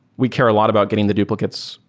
we care a lot about getting the duplicates,